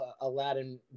Aladdin